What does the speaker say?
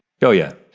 oh yeah.